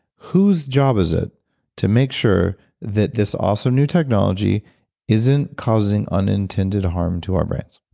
whose job is it to make sure that this awesome new technology isn't causing unintended harm to our brains?